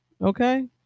Okay